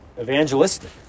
evangelistic